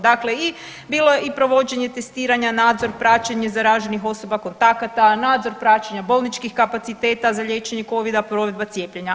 Dakle i, bilo je i provođenje testiranja, nadzor, praćenje zaraženih osoba, kontakata, nadzor praćenja bolničkih kapaciteta za liječenje Covida, provedba cijepljenja.